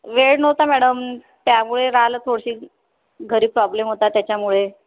वेळ नव्हता मॅडम त्यामुळे राहिलं थोडशी घरी प्रॉब्लेम होता त्याच्यामुळे